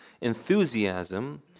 enthusiasm